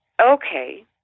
Okay